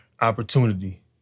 opportunity